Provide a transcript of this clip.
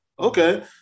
Okay